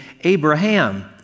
Abraham